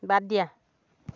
বাদ দিয়া